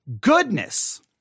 goodness